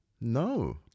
no